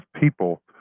people